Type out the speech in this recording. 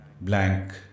blank